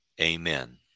amen